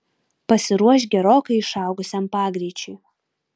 pasiruošk gerokai išaugusiam pagreičiui